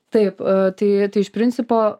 taip tai tai iš principo